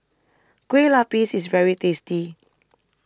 Kueh Lupis IS very tasty